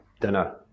dinner